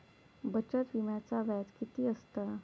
बचत विम्याचा व्याज किती असता?